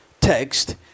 text